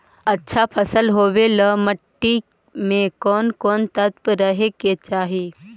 अच्छा फसल होबे ल मट्टी में कोन कोन तत्त्व रहे के चाही?